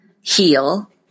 heal